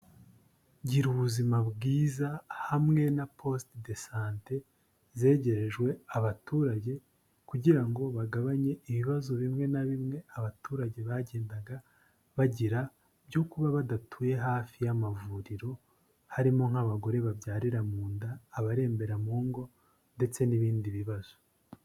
Gira ubuzima bwiza hamwe na poste de sante zegerejwe abaturage, kugira ngo bagabanye ibibazo bimwe na bimwe abaturage bagendaga bagira byo kuba badatuye hafi y'amavuriro, harimo nk'abagore babyarira mu nda, abarembera mu ngo ndetse n'ibindi bibazo.